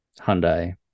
Hyundai